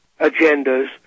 agendas